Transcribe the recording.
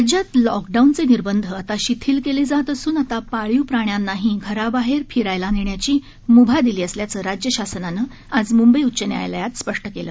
राज्यात लॉकडाऊनचे निर्बंध आता शिथिल केले जात असून आता पाळीव प्राण्यांनाही घराबाहेर फिरायला नेण्याची मुभा दिली असल्याचं राज्यशासनानं आज मुंबई उच्च न्यायालयात स्पष्ट केलं